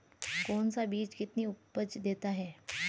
कौन सा बीज कितनी उपज देता है?